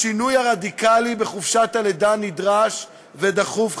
השינוי הרדיקלי בחופשת הלידה נדרש ודחוף,